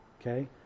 okay